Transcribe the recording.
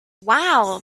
wow